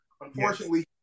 Unfortunately